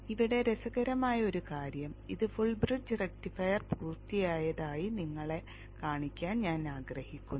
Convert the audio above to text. ഇവിടെ രസകരമായ ഒരു കാര്യം ഇത് ഫുൾ ബ്രിഡ്ജ് റക്റ്റിഫയർ പൂർത്തിയായതായി നിങ്ങളെ കാണിക്കാൻ ഞാൻ ആഗ്രഹിക്കുന്നു